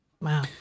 Wow